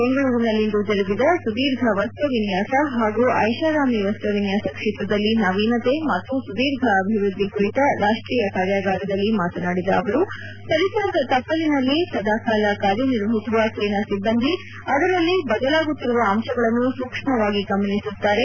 ಬೆಂಗಳೂರಿನಲ್ಲಿಂದು ಜರುಗಿದ ಸುದೀಫ ವಸ್ತ್ರ ವಿನ್ಯಾಸ ಹಾಗೂ ಐಷಾರಾಮಿ ವಸ್ತ್ರ ವಿನ್ಯಾಸ ಕ್ಷೇತ್ರದಲ್ಲಿ ನವೀನತೆ ಮತ್ತು ಸುದೀಫ ಅಭಿವೃದ್ಧಿ ಕುರಿತ ರಾಷ್ಟೀಯ ಕಾರ್ಯಗಾರದಲ್ಲಿ ಮಾತನಾಡಿದ ಅವರು ಪರಿಸರದ ತಪ್ಪಲಿನಲ್ಲಿ ಸದಾ ಕಾಲ ಕಾರ್ಯನಿರ್ವಹಿಸುವ ಸೇನಾ ಸಿಬ್ಬಂದಿ ಅದರಲ್ಲಿ ಬದಲಾಗುತ್ತಿರುವ ಅಂಶಗಳನ್ನು ಸೂಕ್ಷ್ಮವಾಗಿ ಗಮನಿಸುತ್ತಾರೆ